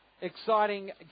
exciting